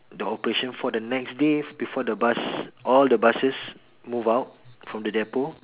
the operation for the next day before the bus all the buses move out from the depot